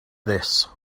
this